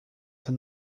two